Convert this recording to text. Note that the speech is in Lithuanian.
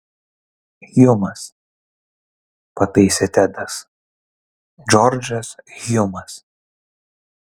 hjumas pataisė tedas džordžas hjumas